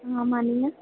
ஆமாம் நீங்கள்